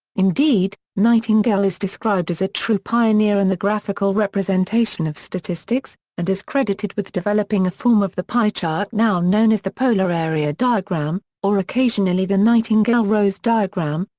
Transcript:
indeed, nightingale is described as a true pioneer in the graphical representation of statistics, and is credited with developing a form of the pie chart now known as the polar area diagram, or occasionally the nightingale rose diagram,